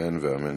אמן ואמן.